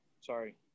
Sorry